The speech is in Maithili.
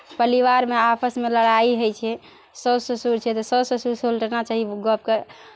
परिवारमे आपसमे लड़ाइ होइ छै सासु ससुर छै तऽ सासु ससुर सुलटाना चाही गपकेँ